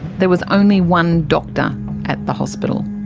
there was only one doctor at the hospital.